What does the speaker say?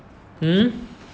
hmm